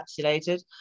encapsulated